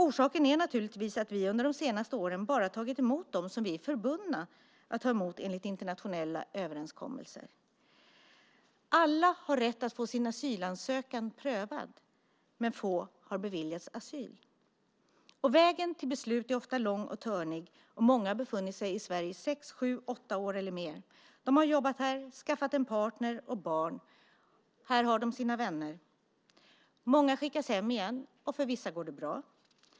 Orsaken är naturligtvis att vi under de senaste åren tagit emot bara dem som vi är förbundna att ta emot enligt internationella överenskommelser. Alla har rätt att få sin asylansökan prövad, men få beviljas asyl. Vägen till beslut är ofta lång och törnig, och många har befunnit sig i Sverige i sex, sju, åtta år eller mer, har jobbat här, skaffat en partner och barn här, och här har de sina vänner. Många skickas hem igen, och för vissa går det bra.